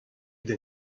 den